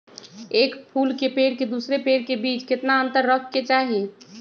एक फुल के पेड़ के दूसरे पेड़ के बीज केतना अंतर रखके चाहि?